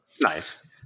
Nice